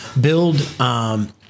build